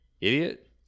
idiot